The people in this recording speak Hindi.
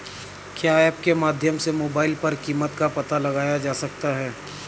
क्या ऐप के माध्यम से मोबाइल पर कीमत का पता लगाया जा सकता है?